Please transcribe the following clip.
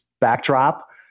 backdrop